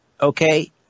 okay